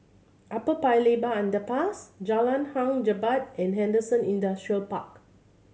Upper Paya Lebar Underpass Jalan Hang Jebat and Henderson Industrial Park